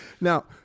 Now